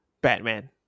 Batman